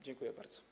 Dziękuję bardzo.